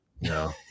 No